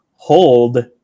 hold